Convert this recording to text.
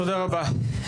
תודה רבה.